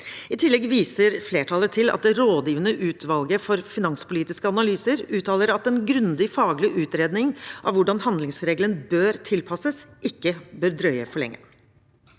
I tillegg viser flertallet til at det rådgivende utvalget for finanspolitiske analyser uttaler at en grundig faglig utredning av hvordan handlingsregelen bør tilpasses, ikke bør drøye for lenge.